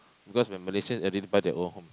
because where Malaysian and didn't buy they own home